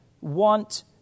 want